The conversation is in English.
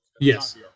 Yes